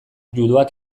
juduak